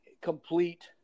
complete